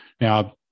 Now